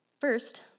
First